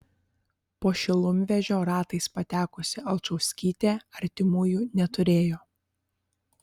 po šilumvežio ratais patekusi alčauskytė artimųjų neturėjo